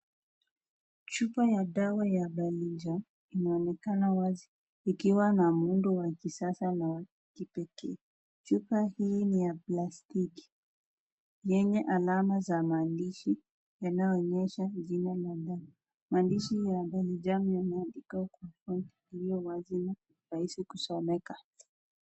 Chupa ya dawa ya daninjaa hinaonekana wasi ikiwa na mhudo ya kisasa na ya kipekee mara hii ni ya plastiki yeye anaga mandishi